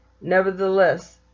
Nevertheless